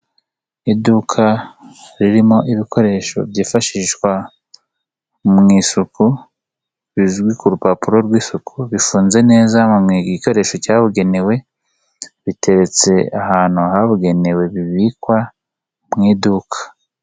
Iduka ririmo ibikoresho byifashishwa mu isuku bizwi ku rupapuro rw'isuku, bifunze neza mu gikoresho cyabugenewe, biteretse ahantu habugenewe bibikwa mu iduka.